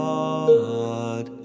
God